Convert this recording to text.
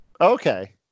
Okay